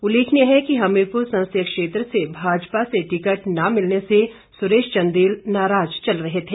उल्लेखनीय है कि हमीरपुर संसदीय क्षेत्र से भाजपा से टिकट न मिलने से सुरेश चंदेल नाराज़ चल रहे थे